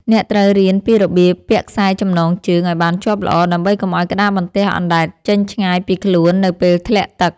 អ្នកត្រូវរៀនពីរបៀបពាក់ខ្សែចំណងជើង ឱ្យបានជាប់ល្អ ដើម្បីកុំឱ្យក្តារបន្ទះអណ្ដែតចេញឆ្ងាយពីខ្លួននៅពេលធ្លាក់ទឹក។